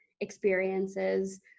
experiences